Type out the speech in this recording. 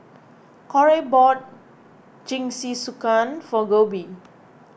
Corey bought Jingisukan for Koby